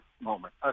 moment